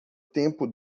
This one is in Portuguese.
tempo